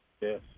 Yes